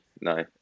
no